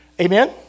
Amen